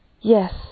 Yes